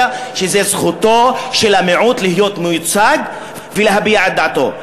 שזאת זכותו של המיעוט להיות מיוצג ולהביע את דעתו.